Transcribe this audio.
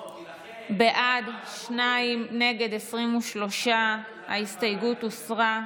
בעד, שניים, נגד, 23. ההסתייגות הוסרה.